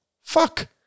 Fuck